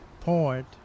point